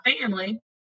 family